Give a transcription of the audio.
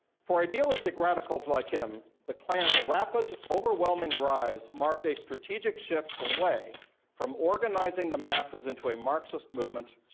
for idealistic radicals like him, the klan's rapid, overwhelming rise marked a strategic shift away from organizing the masses into a marxist movement,